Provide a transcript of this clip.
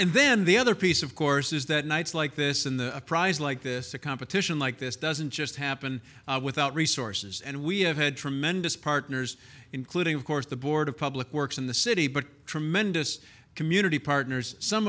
and then the other piece of course is that nights like this in the prize like this a competition like this doesn't just happen without resources and we have had tremendous partners including of course the board of public works in the city but tremendous community partners some